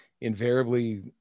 invariably